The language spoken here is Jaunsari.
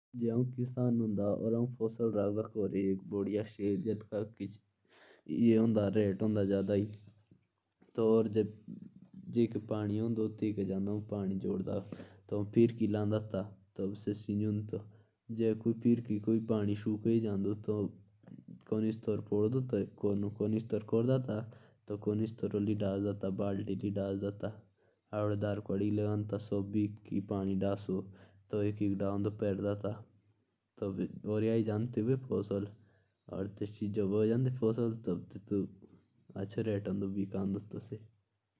अगर में किसान होता तो में अपनी फसल के लिए पानी जोड़ता। और उससे सींचता फिर फसल अच्छी हो जाती।